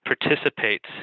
participates